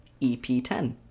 ep10